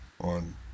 on